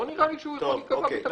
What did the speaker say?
לא נראה לי שהוא יכול להיקבע בתקנות.